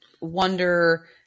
wonder